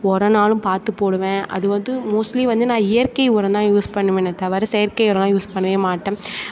உரம்னாலும் பார்த்து போடுவேன் அது வந்து மோஸ்ட்லி வந்து நான் இயற்கை உரம்தான் யூஸ் பண்ணுவேனே தவிர செயற்கை உரம்லாம் யூஸ் பண்ணவே மாட்டேன்